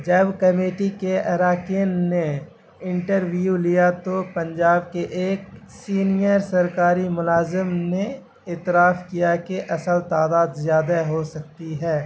جب کمیٹی کے اراکین نے انٹرویو لیا تو پنجاب کے ایک سینئر سرکاری ملازم نے اعتراف کیا کہ اصل تعداد زیادہ ہو سکتی ہے